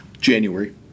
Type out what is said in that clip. January